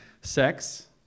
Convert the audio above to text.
Sex